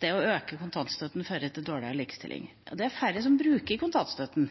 det å øke kontantstøtten fører til dårligere likestilling. Det er færre som bruker kontantstøtten